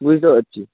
বুঝতে পারছি